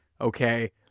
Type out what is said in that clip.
Okay